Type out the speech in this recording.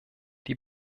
die